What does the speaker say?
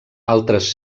altres